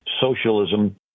socialism